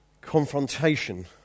confrontation